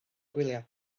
gwyliau